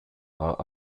are